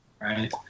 right